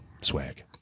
swag